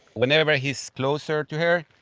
whenever he is closer to her,